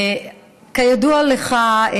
כידוע לך,